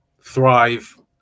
thrive